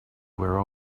where